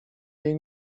jej